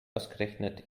ausgerechnet